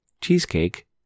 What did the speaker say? cheesecake